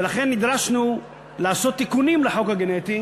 ולכן נדרשנו לעשות תיקונים לחוק המידע הגנטי